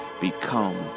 become